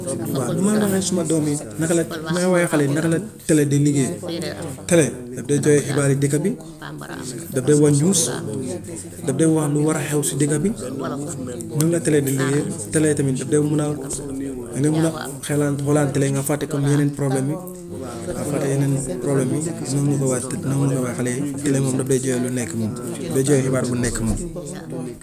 Waa nu may waxee suma doom yi naka la nu may waxee xale yi naka la tele di liggéyee, tele daf dee joxe xibaari dëkk bi, daf dee wax news, daf dee wax lu war a xew si dëkka bi, noonu la tele di liggéeyee. Tele tamit daf dee mun a, dangay mun a xeelaan nga xoolaan tele nga fàtte comme yeneen problèmes yi nga fàtte yeneen problèmes yi tele moom lépp day joxe lu nekk moom, day joxe xibaar bu nekk moom.